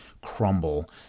crumble